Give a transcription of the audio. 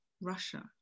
Russia